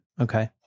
Okay